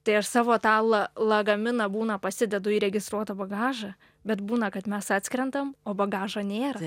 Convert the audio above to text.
tai aš savo tą la lagaminą būna pasidedu į registruotą bagažą bet būna kad mes atskrendam o bagažo nėra